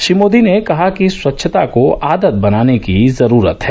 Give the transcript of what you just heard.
श्री मोदी ने कहा कि स्वच्छता को आदत बनाने की जरूरत है